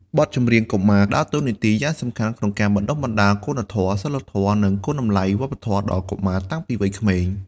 បទចម្រៀងកុមារដើរតួនាទីយ៉ាងសំខាន់ក្នុងការបណ្ដុះបណ្ដាលគុណធម៌ សីលធម៌ និងគុណតម្លៃវប្បធម៌ដល់កុមារតាំងពីវ័យក្មេង។